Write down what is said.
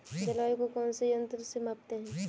जलवायु को कौन से यंत्र से मापते हैं?